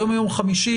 היום יום חמישי,